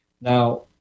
Now